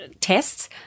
tests